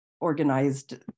organized